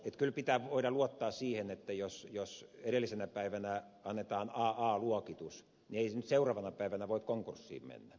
kyllä pitää voida luottaa siihen että jos edellisenä päivänä annetaan aa luokitus niin ei se nyt seuraavana päivänä voi konkurssiin mennä